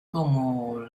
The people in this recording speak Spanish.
como